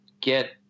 get